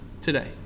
today